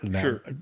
sure